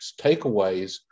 takeaways